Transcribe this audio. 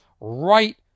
right